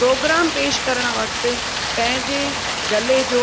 programme पेशि करणु वक़्तु पंहिंजे ॻले जो